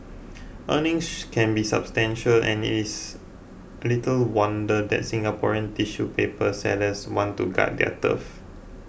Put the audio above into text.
earnings can be substantial and it is little wonder that Singaporean in tissue paper sellers want to guard their turf